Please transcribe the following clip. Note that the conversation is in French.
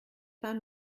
pas